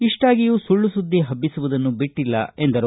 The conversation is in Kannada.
ಇಷ್ಟಾಗಿಯೂ ಸುಳ್ಳು ಸುದ್ದಿ ಹಬ್ಬಿಸುವುದನ್ನು ಬಿಟ್ಟಲ್ಲ ಎಂದರು